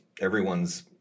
everyone's